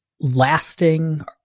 lasting